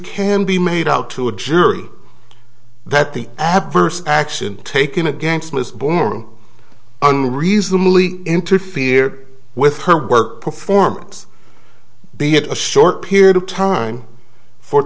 can be made out to a jury that the adverse action taken against ms boren unreasonably interfere with her work performance be it a short period of time for